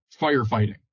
firefighting